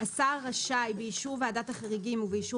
" (ב)השר רשאי באישור ועדת החריגים ובאישור